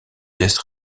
pièces